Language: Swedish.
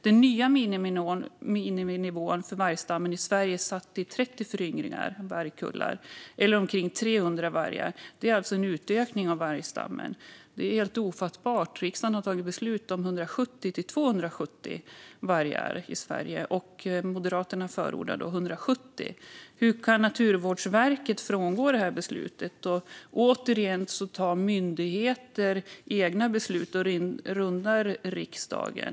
Den nya miniminivån för vargstammen i Sverige är satt till 30 föryngringar, vargkullar, eller omkring 300 vargar. Det är alltså en utökning av vargstammen. Det är helt ofattbart! Riksdagen har ju tagit beslut om 170-270 vargar i Sverige, och Moderaterna förordar då 170. Hur kan Naturvårdsverket frångå det beslutet? Återigen tar myndigheter egna beslut och rundar riksdagen.